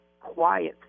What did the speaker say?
quiet